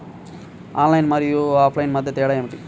Online మరియు offline మధ్య తేడా ఏమిటీ?